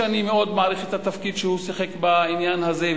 שאני מאוד מעריך את התפקיד שהוא שיחק בעניין הזה,